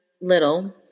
little –